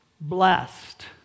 blessed